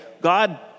God